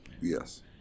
Yes